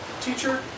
Teacher